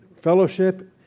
fellowship